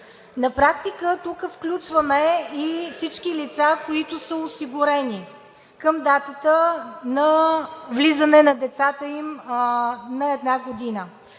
На практика тук включваме и всички лица, които са осигурени към датата на влизане на децата им на 1 година.